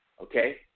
okay